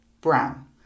brown